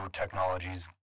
technologies